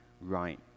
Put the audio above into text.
right